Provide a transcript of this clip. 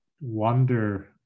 wonder